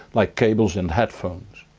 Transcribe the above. like cables and headphones.